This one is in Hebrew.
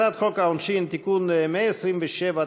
הצעת חוק העונשין (תיקון מס' 127),